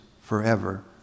forever